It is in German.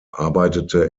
arbeitete